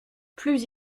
plus